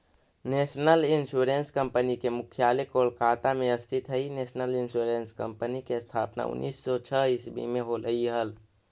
national insurance company के मुख्यालय कोलकाता में स्थित हइ नेशनल इंश्योरेंस कंपनी के स्थापना उन्नीस सौ छः ईसवी में होलई हल